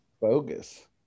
bogus